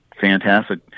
fantastic